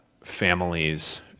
families